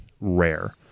Rare